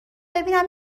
ببینم